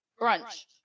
Brunch